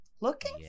Looking